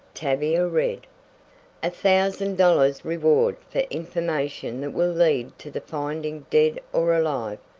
tavia read a thousand dollars reward for information that will lead to the finding, dead or alive,